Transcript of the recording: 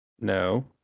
No